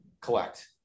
collect